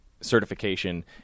certification